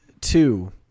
Two